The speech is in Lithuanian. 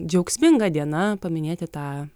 džiaugsminga diena paminėti tą